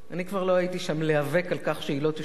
אני כבר לא הייתי שם להיאבק על כך שהיא לא תשודר,